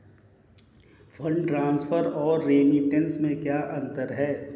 Fund transfer और remittance में क्या अंतर है?